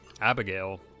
Abigail